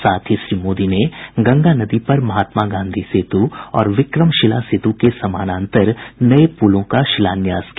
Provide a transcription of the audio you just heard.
साथ ही श्री मोदी ने गंगा नदी पर महात्मा गांधी सेतु और विक्रमशिला सेतु के समानांतर नये पूलों का शिलान्यास किया